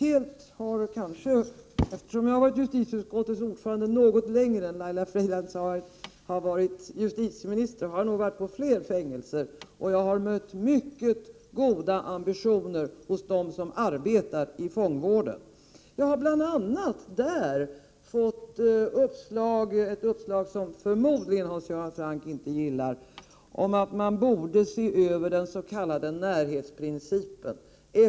Eftersom jag har varit justitieutskottets ordförande under en längre tid än vad Laila Freivalds varit justitieminister, kan jag nog säga att jag har besökt fler fängelser. Jag har då stött på mycket goda ambitioner hos dem som arbetar inom fångvården. Bl.a. har jag där fått ett uppslag som Hans Göran Franck förmodligen inte gillar, nämligen att man borde se över den s.k. närhetsprincipen.